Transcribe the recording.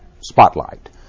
spotlight